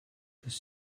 dass